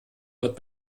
wird